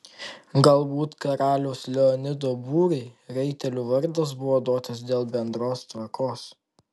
galbūt karaliaus leonido būriui raitelių vardas buvo duotas dėl bendros tvarkos